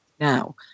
now